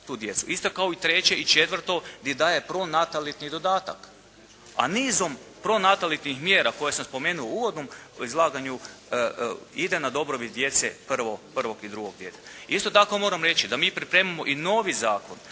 isto kao i treće i četvrto gdje daje pronatalitetni dodatak. A nizom pronatalitetnih mjera koje sam spomenuo u uvodnom izlaganju ide na dobrobit djece, prvog i drugog djeteta. Isto tako moram reći da mi pripremamo i novi zakon,